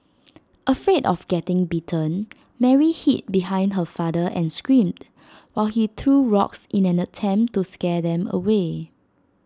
afraid of getting bitten Mary hid behind her father and screamed while he threw rocks in an attempt to scare them away